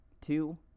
two